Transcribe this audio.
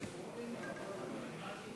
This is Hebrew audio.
אדוני,